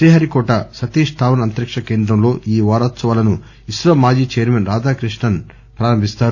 శ్రీహరికోట సతీష్ ధావన్ అంతరిక్ష కేంద్రంలో ఈ వారోత్సవాలను ఇన్రో మాజీ చైర్మన్ రాధాకృష్ణన్ ప్రారంభిస్తారు